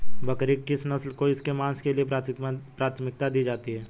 बकरी की किस नस्ल को इसके मांस के लिए प्राथमिकता दी जाती है?